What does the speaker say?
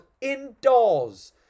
indoors